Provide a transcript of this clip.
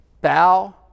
bow